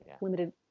limited